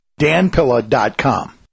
danpilla.com